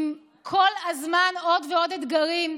עם כל הזמן עוד ועוד אתגרים.